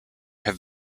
have